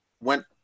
went